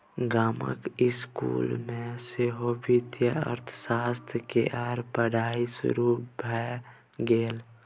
गामक इसकुल मे सेहो वित्तीय अर्थशास्त्र केर पढ़ाई शुरू भए गेल